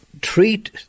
Treat